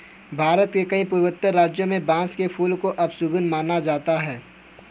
भारत के कई पूर्वोत्तर राज्यों में बांस के फूल को अपशगुन माना जाता है